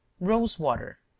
rosewater.